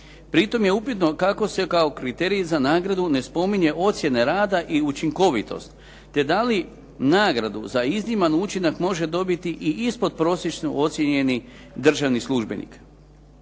Pritom je upitno kako se kao kriterij za nagradu ne spominje ocjene rada i učinkovitost te da li nagradu za izniman učinak može dobiti i ispod prosječno ocjenjeni državni službenik.